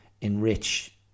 enrich